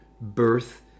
birth